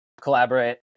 collaborate